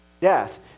death